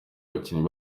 abakinnyi